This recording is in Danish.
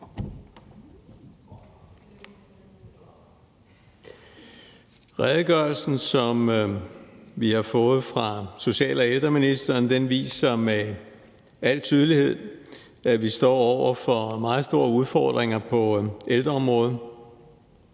Redegørelsen, som vi har fået fra social- og ældreministeren, viser med al tydelighed, at vi står over for meget store udfordringer på ældreområdet.